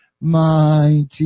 mighty